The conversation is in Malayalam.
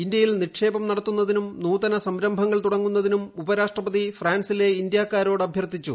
ഇന്ത്യയിൽ നിക്ഷേപം നടത്തുന്നതിനും നൂതന സംരംഭങ്ങൾ തുടങ്ങുന്നതിനും ഉപരാഷ്ട്രപതി ഫ്രാൻസിലെ ഇന്ത്യാക്കാരോട് അഭ്യർത്ഥിച്ചു